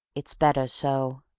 it's better so.